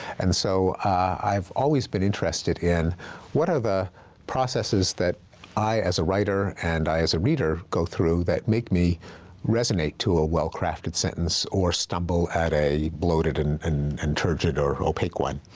and so i've always been interested in what are the processes that i, as a writer, and i, as a reader, go through that make me resonate to a well-crafted sentence or stumble at a bloated and and and turgid or opaque one?